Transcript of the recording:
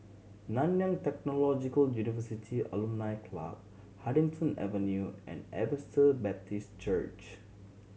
Nanyang Technological University Alumni Club Huddington Avenue and Baptist Church